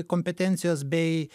kompetencijos bei